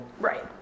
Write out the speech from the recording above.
Right